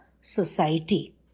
society